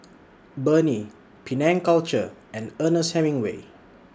Burnie Penang Culture and Ernest Hemingway